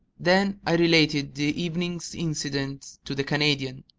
then related the evening's incidents to the canadian,